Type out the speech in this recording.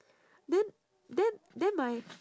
then then then my